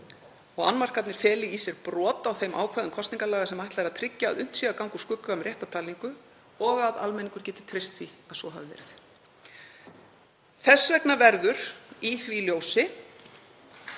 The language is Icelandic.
og að þeir feli í sér brot á þeim ákvæðum kosningalaga sem ætlað er að tryggja að unnt sé að ganga úr skugga um rétta talningu og að almenningur geti treyst því að svo hafi verið. Þess vegna verður, í því ljósi